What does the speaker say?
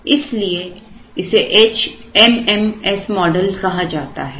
इसलिए इसे HMMS model कहा जाता है